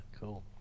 cool